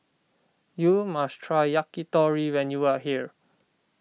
you must try Yakitori when you are here